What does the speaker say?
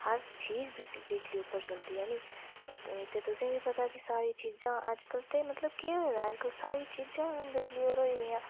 हर चीज़ बिजी बिजली उप्पर चलदी है नी ते तुसें बी कि पता सारी चीज़ां अज्जकल ते मतलब केह् होए दा ऐ सारी चीज़ां बिजली उप्पर होई दियां